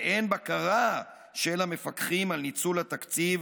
ואין בקרה של המפקחים על ניצול התקציב